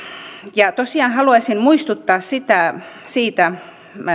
tosiaan haluaisin muistuttaa siitä